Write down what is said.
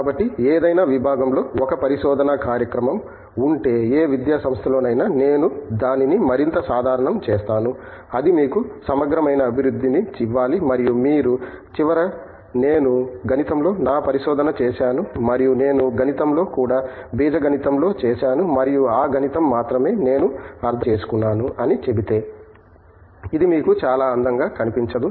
కాబట్టి ఏదైనా విభాగంలో ఒక పరిశోధనా కార్యక్రమం ఉంటే ఏ విద్యాసంస్థలోనైనా నేను దానిని మరింత సాధారణం చేస్తాను అది మీకు సమగ్రమైన అభివృద్ధిని ఇవ్వాలి మరియు చివరగా నేను గణితంలో నా పరిశోధన చేసాను మరియు నేను గణితంలో కూడా బీజగణితంలో చేసాను మరియు ఆ గణితం మాత్రమే నేను అర్థం చేసుకున్నాను అని చెబితే ఇది మీకు చాలా అందంగా కనిపించదు